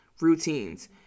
routines